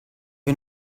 wir